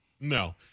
No